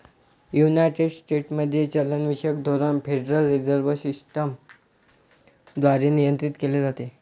United स्टेट्सचे चलनविषयक धोरण फेडरल रिझर्व्ह सिस्टम द्वारे नियंत्रित केले जाते